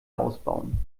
ausbauen